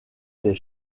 des